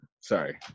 Sorry